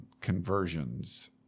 conversions